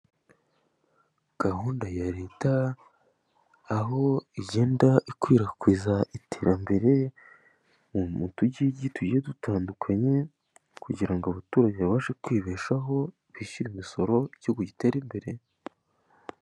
Gahunda ya leta aho igenda ikwirakwiza iterambere mu tugigi tugiye dutandukanye, kugira ngo abaturage babashe kwibeshaho bishyure imisoro igihugu gitere imbere.